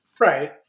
Right